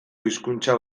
hizkuntza